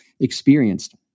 experienced